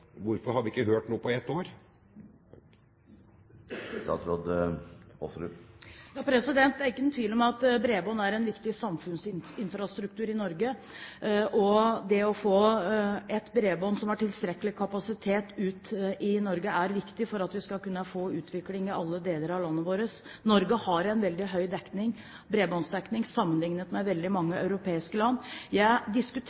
hvorfor har vi ikke hørt noe på ett år? Det er ingen tvil om at bredbånd er en viktig samfunnsinfrastruktur i Norge. Det å få bredbånd som har tilstrekkelig med kapasitet, ut i Norge er viktig for at vi skal kunne få utvikling i alle deler av landet vårt. Norge har en veldig høy bredbåndsdekning sammenliknet med veldig mange